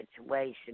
situation